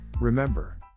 remember